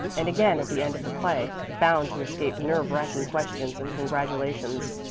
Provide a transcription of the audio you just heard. and again at the end of the play, bound to escape nerve-racking questions and congratulations.